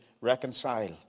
reconcile